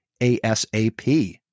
ASAP